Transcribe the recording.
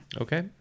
Okay